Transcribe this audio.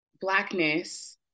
Blackness